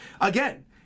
Again